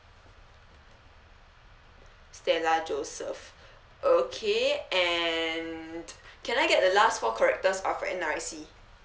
stella joseph okay and can I get the last four characters of your N_R_I_C